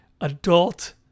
adult